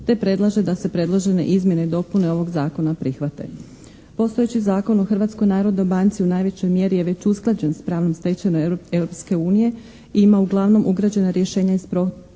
te predlaže da se predložene izmjene i dopune ovog Zakona prihvate. Postojeći Zakon o Hrvatskoj narodnoj banci u najvećoj mjeri je već usklađen s pravnom stečevinom Europske unije i ima uglavnom ugrađena rješenja iz Protokola